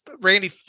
Randy